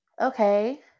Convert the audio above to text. Okay